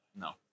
No